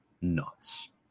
nuts